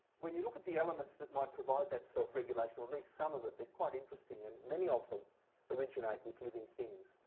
when you look at the elements that might provide that self-regulation, or at least some of it, they're quite interesting. and many of them originate with living things.